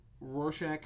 Rorschach